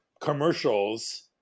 commercials